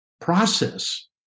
process